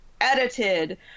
edited